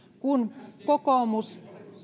enemmän kuin kokoomus